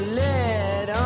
let